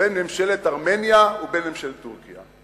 בין ממשלת ארמניה ובין ממשלת טורקיה.